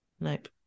Nope